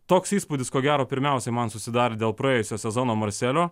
toks įspūdis ko gero pirmiausia man susidarė dėl praėjusio sezono marselio